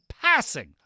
passing